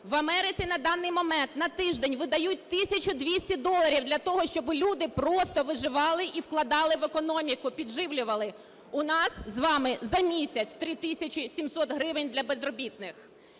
В Америці на даний момент на тиждень видають 1 тисячу 200 доларів для того, щоб люди просто виживали і вкладали в економіку, підживлювали. У нас з вами за місяць 3 тисячі 700 гривень для безробітних!